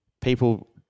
People